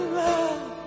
love